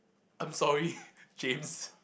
I'm sorry James